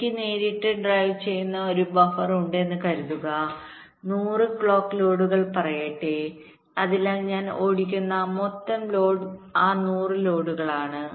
എനിക്ക് നേരിട്ട് ഡ്രൈവ് ചെയ്യുന്ന ഒരു ബഫർ ഉണ്ടെന്ന് കരുതുക 100 ക്ലോക്ക് ലോഡുകൾ പറയട്ടെ അതിനാൽ ഞാൻ ഓടിക്കുന്ന മൊത്തം ലോഡ് ആ 100 ലോഡുകളാണ്